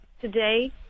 today